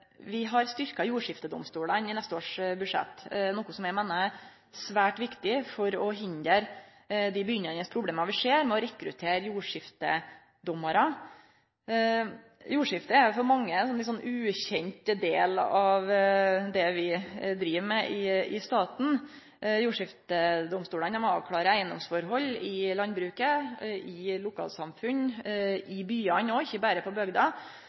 dei begynnande problema vi ser med å rekruttere jordskiftedommarar. Jordskifte er for mange ein litt ukjend del av det vi driv med i staten. Jordskiftedomstolane avklarar eigedomsforhold i landbruket i lokalsamfunn – i byane òg, ikkje berre på bygda.